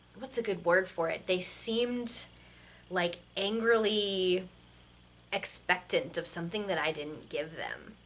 what's a good word for it, they seemed like angrily expectant of something that i didn't give them.